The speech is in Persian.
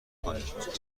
کنید